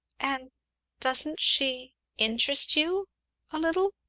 and doesn't she interest you a little,